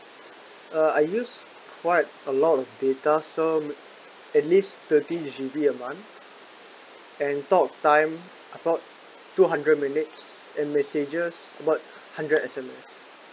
uh I use quite a lot of data so at least thirty G_B a month and talk time about two hundred minutes and messages about hundred S_M_S